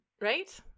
Right